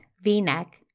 V-neck